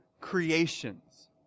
creations